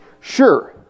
sure